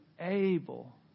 able